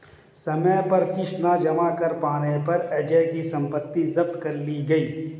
समय पर किश्त न जमा कर पाने पर अजय की सम्पत्ति जब्त कर ली गई